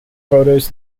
photos